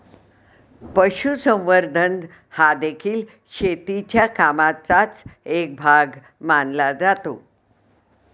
पशुसंवर्धन हादेखील शेतीच्या कामाचाच एक भाग मानला जातो